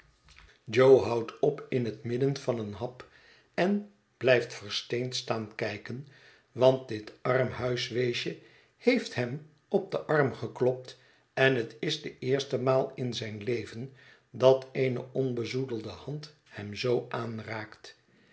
houdt op in het midden van een hap en blijft versteend staan kijken want dit armhuisweesje heeft hem op den arm geklopt en het is de eerste maal in zijn leven dat eene onbezoedelde hand hem zoo aanraakt